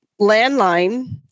landline